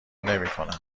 نمیکنم